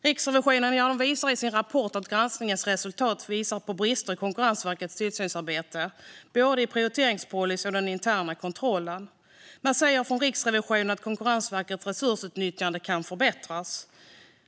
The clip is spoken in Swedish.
Riksrevisionen visar i sin rapport att granskningens resultat visar på brister i Konkurrensverkets tillsynsarbete, både i prioriteringspolicyn och i den interna kontrollen. Man säger från Riksrevisionen att Konkurrensverkets resursutnyttjande kan förbättras.